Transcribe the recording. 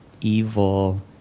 evil